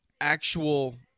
actual